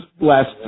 last